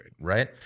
Right